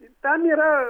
tam yra